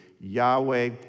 Yahweh